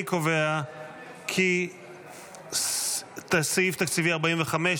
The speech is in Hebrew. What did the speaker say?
אני קובע כי סעיף תקציבי 45,